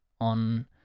on